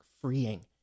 freeing